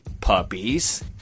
puppies